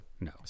No